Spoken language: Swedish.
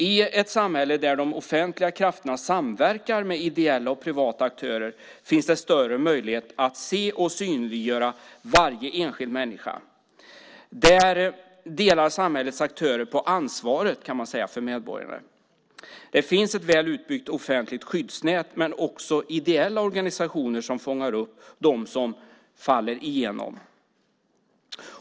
I ett samhälle där de offentliga krafterna samverkar med ideella och privata aktörer finns det större möjlighet att se och synliggöra varje enskild människa. Där delar samhällets aktörer på ansvaret för medborgarna. Det finns ett väl utbyggt offentligt skyddsnät, men också ideella organisationer som fångar upp dem som faller igenom.